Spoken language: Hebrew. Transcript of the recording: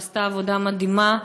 שעשתה עבודה מדהימה.